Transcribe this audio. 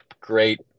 great